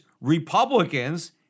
Republicans